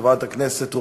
חברת הכנסת רוזין,